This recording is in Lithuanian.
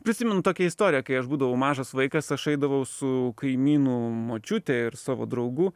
prisimenu tokią istoriją kai aš būdavau mažas vaikas aš eidavau su kaimynų močiute ir savo draugu